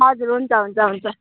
हजुर हुन्छ हुन्छ हुन्छ